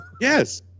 Yes